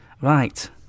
right